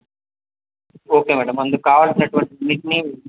okay madam అందుకు కావలసినటువంటి అన్నింటిని